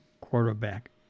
quarterback